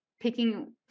Picking